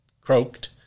croaked